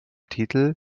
titel